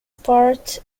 part